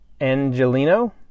Angelino